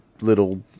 little